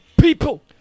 people